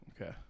Okay